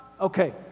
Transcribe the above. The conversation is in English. Okay